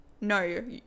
No